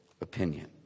opinion